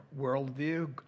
worldview